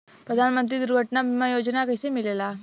प्रधानमंत्री दुर्घटना बीमा योजना कैसे मिलेला?